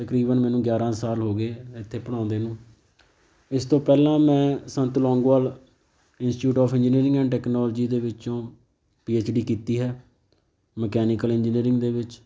ਤਕਰੀਬਨ ਮੈਨੂੰ ਗਿਆਰਾਂ ਸਾਲ ਹੋ ਗਏ ਇੱਥੇ ਪੜ੍ਹਾਉਂਦੇ ਨੂੰ ਇਸ ਤੋਂ ਪਹਿਲਾਂ ਮੈਂ Sant Longowal institute of engineering and technology ਦੇ ਵਿੱਚੋਂ ਪੀ ਐੱਚ ਡੀ ਕੀਤੀ ਹੈ ਮਕੈਨੀਕਲ ਇੰਜੀਨੀਅਰਿੰਗ ਦੇ ਵਿੱਚ